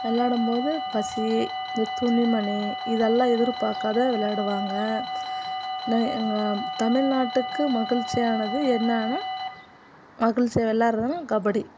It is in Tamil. விளாடும் போது பசி இந்த துணிமணி இதெல்லாம் எதிர்பார்க்காம விளையாடுவாங்க நான் எங்கள் தமிழ்நாட்டுக்கு மகிழ்ச்சியானது என்னான்னு மகிழ்ச்சியாக விளாட்றா கபடி